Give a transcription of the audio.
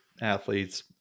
athletes